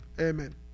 Amen